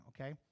okay